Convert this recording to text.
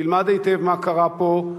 תלמד היטב מה קרה פה,